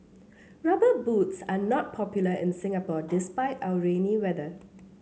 rubber boots are not popular in Singapore despite our rainy weather